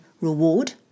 reward